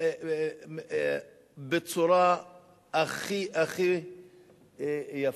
בצורה הכי הכי יפה.